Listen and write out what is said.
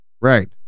Right